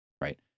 right